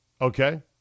Okay